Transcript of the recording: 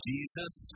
Jesus